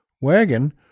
wagon